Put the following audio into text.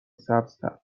سبزتر